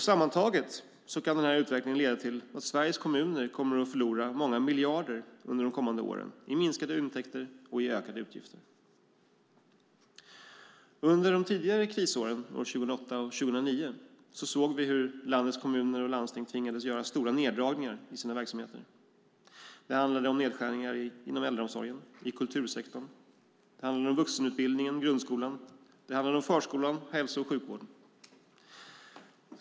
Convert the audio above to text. Sammantaget kan denna utveckling leda till att Sveriges kommuner kommer att förlora många miljarder under de kommande åren i minskade intäkter och ökade utgifter. Under de tidigare krisåren, 2008 och 2009, såg vi hur landets kommuner och landsting tvingades göra stora neddragningar i sina verksamheter. Det handlade om nedskärningar inom äldreomsorgen, kultursektorn, vuxenutbildningen, grundskolan, förskolan och hälso och sjukvården.